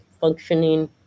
functioning